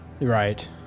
Right